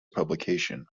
publication